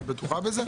את בטוחה בזה?